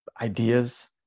ideas